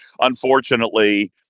Unfortunately